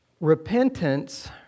Repentance